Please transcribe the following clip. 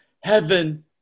heaven